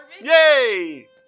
Yay